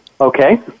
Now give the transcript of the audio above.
Okay